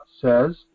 says